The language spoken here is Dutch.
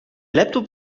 laptop